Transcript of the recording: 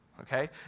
Okay